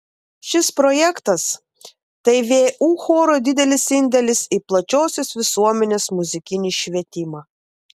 šis projektas tai vu chorų didelis indėlis į plačiosios visuomenės muzikinį švietimą